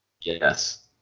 Yes